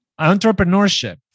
Entrepreneurship